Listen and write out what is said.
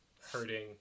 hurting